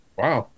wow